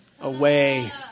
away